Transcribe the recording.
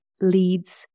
leads